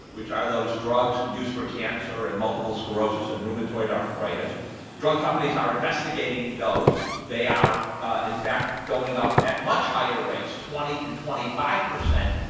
which are those drugs used for cancer and multiple sclerosis and rheumatoid arthritis are drug companies are investigating those. they are in fact going up at much higher rates, twenty and twenty five percent